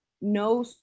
no